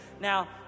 now